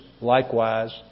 likewise